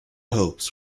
hopes